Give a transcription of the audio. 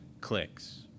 clicks